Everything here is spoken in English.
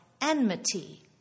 enmity